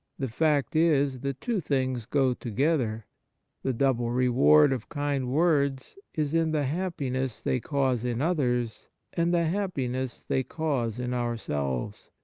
the fact is the two things go together the double reward of kind words is in the happiness they cause in others and the happiness they cause in ourselves.